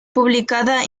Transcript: publicada